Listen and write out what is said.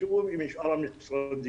בתיאום עם שאר המשרדים.